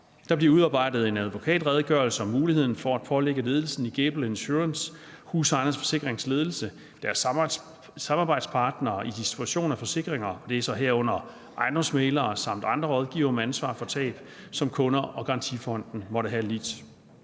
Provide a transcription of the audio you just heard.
Der bliver udarbejdet en advokatredegørelse om muligheden for at pålægge ledelsen i Gable Insurance, Husejernes Forsikrings ledelse, deres samarbejdspartnere i distribution af forsikringer – det er så herunder ejendomsmæglere samt andre rådgivere – ansvar for tab, som kunder og garantifonden måtte have lidt.